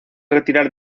retirar